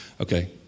Okay